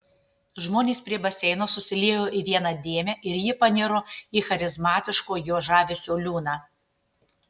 žmonės prie baseino susiliejo į vieną dėmę ir ji paniro į charizmatiško jo žavesio liūną